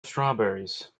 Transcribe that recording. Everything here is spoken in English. strawberries